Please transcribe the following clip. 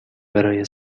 برای